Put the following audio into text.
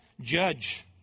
judge